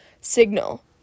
Signal